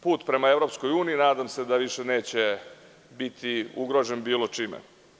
Put prema EU, nadam se da više neće biti ugrožen bilo čime.